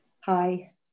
Hi